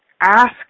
ask